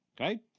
okay